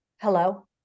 hello